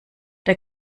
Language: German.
der